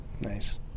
Nice